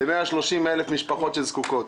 ל-130,000 משפחות שזקוקות.